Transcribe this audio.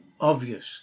obvious